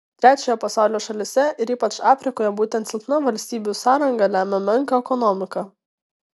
trečiojo pasaulio šalyse ir ypač afrikoje būtent silpna valstybių sąranga lemia menką ekonomiką